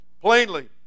plainly